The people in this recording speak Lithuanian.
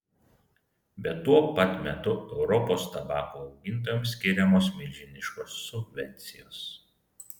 bet tuo pat metu europos tabako augintojams skiriamos milžiniškos subvencijos